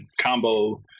combo